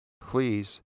Please